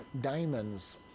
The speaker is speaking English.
diamonds